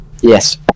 Yes